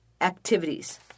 activities